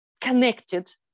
connected